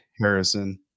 Harrison